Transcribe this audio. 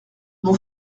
mon